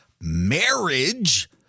marriage